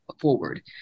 forward